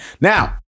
Now